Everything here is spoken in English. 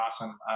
awesome